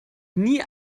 nie